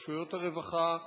רשויות הרווחה,